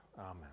Amen